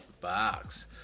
Box